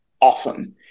often